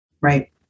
right